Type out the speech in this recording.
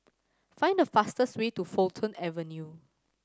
find the fastest way to Fulton Avenue